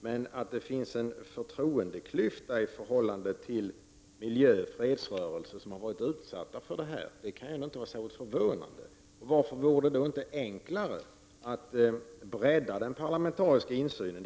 Men att det finns en förtroende klyfta i förhållandet till miljörörelsen och fredsrörelsen, som har varit utsatta för säpos verksamhet, kan inte vara förvånande. Vad vore då enklare än att bredda den parlamentariska insynen?